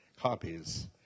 copies